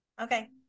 Okay